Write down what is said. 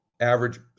average